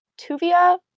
Tuvia